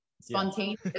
spontaneous